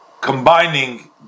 combining